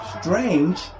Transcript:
Strange